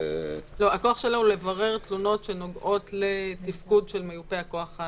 הכוח שלה הוא לברר תלונות שנוגעות לתפקוד של מיופה הכוח.